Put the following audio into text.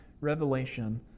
revelation